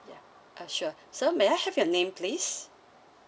ya uh sure so may I have your name please